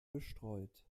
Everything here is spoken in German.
bestreut